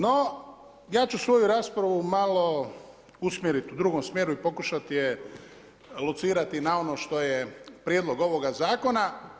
No, ja ću svoju raspravu malo usmjeriti u drugom smjeru i pokušati je locirati na ono što je prijedlog ovoga zakona.